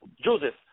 Joseph